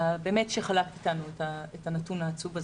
באמת שחלקת איתנו את הנתון העצוב הזה,